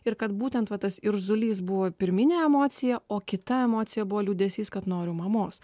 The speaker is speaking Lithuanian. ir kad būtent va tas irzulys buvo pirminė emocija o kita emocija buvo liūdesys kad noriu mamos